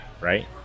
right